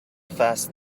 fast